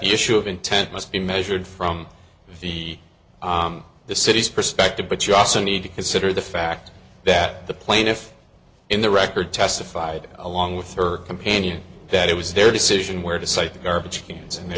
issue of intent must be measured from the the city's perspective but you also need to consider the fact that the plaintiff in the record testified along with her companion that it was their decision where to cite the garbage cans and they